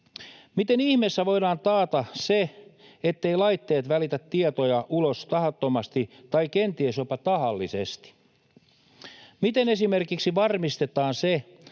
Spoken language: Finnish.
Miten ihmeessä voidaan taata se, etteivät laitteet välitä tietoja ulos tahattomasti tai kenties jopa tahallisesti? Miten esimerkiksi varmistetaan se,